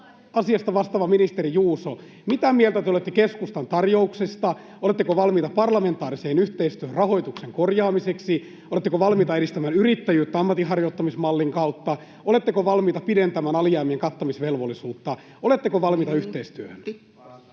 asiasta vastaava ministeri Juuso, mitä mieltä te olette keskustan tarjouksesta: Oletteko valmiita parlamentaariseen yhteistyöhön rahoituksen korjaamiseksi? Oletteko valmiita edistämään yrittäjyyttä ammatinharjoittamismallin kautta? Oletteko valmiita pidentämään alijäämien kattamisvelvollisuutta? Oletteko valmiita yhteistyöhön?